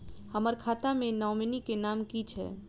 हम्मर खाता मे नॉमनी केँ नाम की छैय